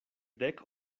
dek